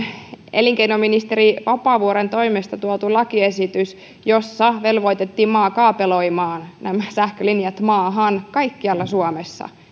elinkeinoministeri vapaavuoren toimesta tuotu lakiesitys jossa velvoitettiin kaapeloimaan nämä sähkölinjat maahan kaikkialla suomessa